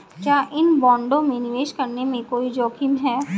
क्या इन बॉन्डों में निवेश करने में कोई जोखिम है?